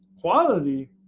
quality